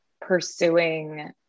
pursuing